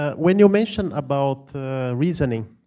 ah when you mentioned about reasoning,